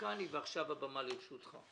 עכשיו הבמה לרשותך.